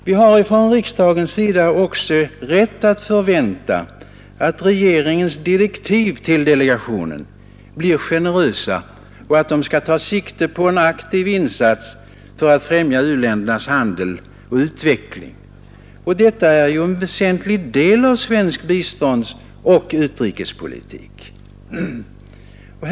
Vi har från riksdagens sida också rätt att förvänta att regeringens direktiv till delegationen blir generösa och att de skall ta sikte på en aktiv insats för att främja u-ländernas handel och utveckling. Detta är en väsentlig del av svensk biståndsoch utrikespolitik.